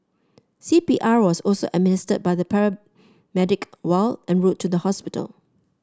C P R was also administered by the paramedic while en route to the hospital